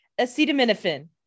acetaminophen